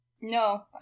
No